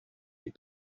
les